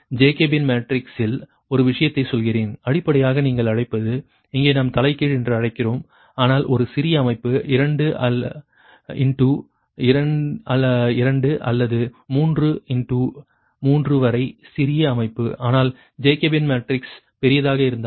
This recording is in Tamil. ஜேக்கபியன் மேட்ரிக்ஸில் ஒரு விஷயத்தைச் சொல்கிறேன் அடிப்படையாக நீங்கள் அழைப்பது இங்கே நாம் தலைகீழ் என்று அழைக்கிறோம் ஆனால் ஒரு சிறிய அமைப்பு 2 இண்டு 2 அல்லது 3 இண்டு 3 வரை சிறிய அமைப்பு ஆனால் ஜேக்கபியன் மேட்ரிக்ஸ் பெரியதாக இருந்தால்